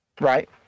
Right